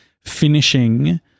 finishing